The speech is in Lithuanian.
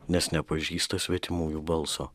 nes nepažįsta svetimųjų balso